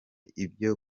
ibyo